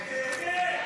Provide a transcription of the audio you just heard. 4